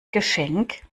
geschenk